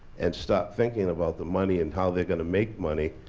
and stop thinking about the money, and how they're going to make money,